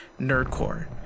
nerdcore